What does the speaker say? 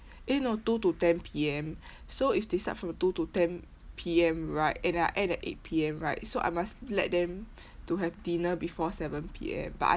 eh no two to ten P_M so if they start from two to ten P_M right and I end at eight P_M right so I must let them to have dinner before seven P_M but I